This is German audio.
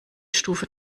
stufe